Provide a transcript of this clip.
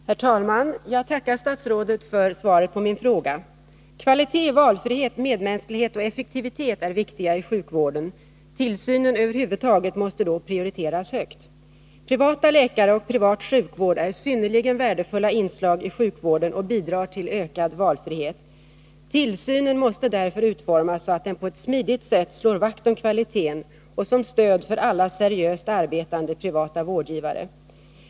Herr talman! Jag tackar statsrådet för svaret på min fråga. Begrepp som kvalitet, valfrihet, medmänsklighet och effektivitet är viktiga i sjukvården. Tillsynen över huvud taget måste då prioriteras högt. Privata läkare och privat sjukvård är synnerligen värdefulla inslag i sjukvården och bidrar till ökad valfrihet. Tillsynen måste därför utformas så, att den på ett smidigt sätt slår vakt om kvaliteten och utgör ett stöd för alla seriöst arbetande privata vårdgivare.